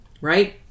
right